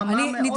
רמה מאוד נמוכה.